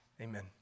Amen